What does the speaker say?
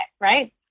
right